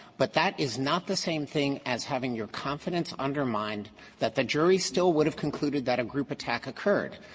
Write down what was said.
but that is not the same thing as having your confidence undermined that the jury still would have concluded that a group attack occurred.